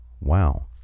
wow